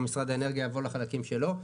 גם משרד האנרגיה יבוא לחלקים שלו.